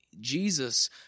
Jesus